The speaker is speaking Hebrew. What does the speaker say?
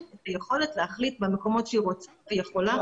את היכולת להחליט במקומות שהיא רוצה ויכולה.